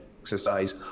exercise